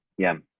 yeah,